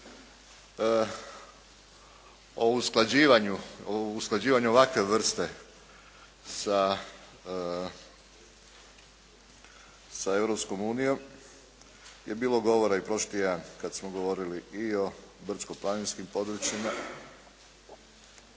O usklađivanju ovakve vrste sa Europskom unijom je bilo govora i prošli tjedan kad smo govorili i o brdsko-planinskim područjima.